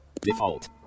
Default